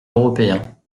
européen